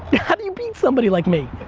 how do you beat somebody like me?